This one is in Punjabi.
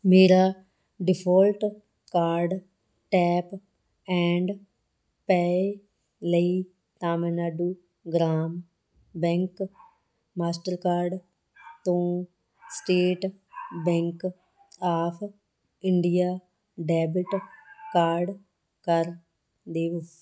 ਮੇਰਾ default card tap and pay ਲਈ ਤਾਮਿਲਨਾਡੂ ਗ੍ਰਾਮ ਬੈਂਕ ਮਾਸਟਰਕਾਰਡ ਤੋਂ state bank of India debit card ਕਰ ਦੇਵੋ